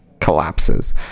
collapses